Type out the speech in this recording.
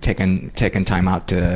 taking taking time out to